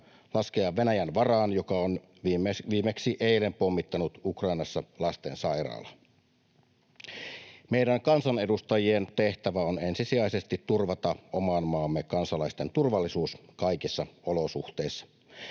laskea Venäjän varaan, joka on viimeksi eilen pommittanut Ukrainassa lastensairaalaa? Meidän kansanedustajien tehtävä on ensisijaisesti turvata oman maamme kansalaisten turvallisuus kaikissa olosuhteissa.